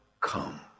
come